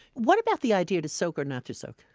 what about the idea, to soak or not to soak?